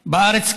בארץ,